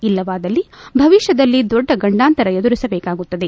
ಇಲ್ಲವಾದಲ್ಲಿ ಭವಿಷ್ಕದಲ್ಲಿ ದೊಡ್ಡ ಗಂಡಾಂತರ ಎದುರಿಸಬೇಕಾಗುತ್ತದೆ